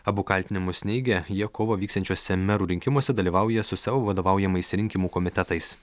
abu kaltinimus neigia jie kovą vyksiančiuose merų rinkimuose dalyvauja su savo vadovaujamais rinkimų komitetais